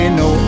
no